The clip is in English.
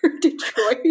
Detroit